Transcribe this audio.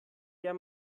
der